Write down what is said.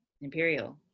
imperial